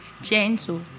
gentle